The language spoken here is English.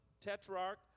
tetrarch